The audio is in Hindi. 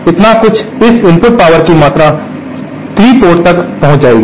इतना कुछ इस इनपुट पावर की मात्रा 3 पोर्ट तक पहुंच जाएगी